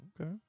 Okay